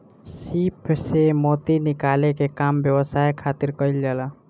सीप से मोती निकाले के काम व्यवसाय खातिर कईल जाला